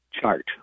chart